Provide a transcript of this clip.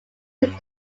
him